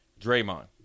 Draymond